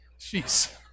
Jeez